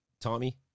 Tommy